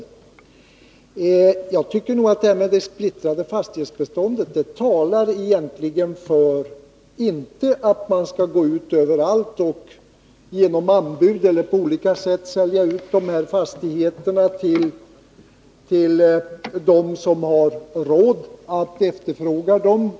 Jag tycker att just det som Kjell Mattsson nämner om det splittrade fastighetsbeståndet egentligen talar för att man inte skall gå ut överallt och genom anbudsförfarande eller på annat sätt sälja fastigheterna till de spekulanter som har råd att efterfråga dem.